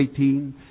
18